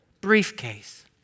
briefcase